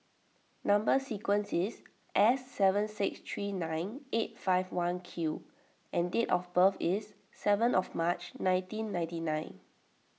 Number Sequence is S seven six three nine eight five one Q and date of birth is seven of March nineteen ninety nine